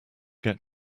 get